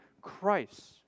Christ